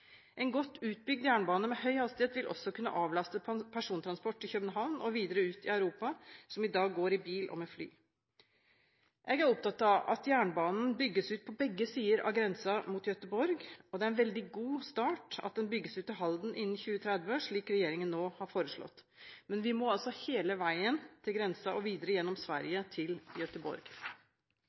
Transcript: En godt utbygd jernbane med høy hastighet vil også kunne avlaste persontransport til København og videre ut i Europa som i dag går i bil og med fly. Jeg er opptatt av at jernbanen bygges ut på begge sider av grensen mot Göteborg, og det er en veldig god start at den bygges ut til Halden innen 2030, slik regjeringen nå har foreslått, men vi må altså hele veien til grensen og videre gjennom Sverige til